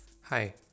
Hi